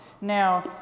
Now